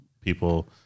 people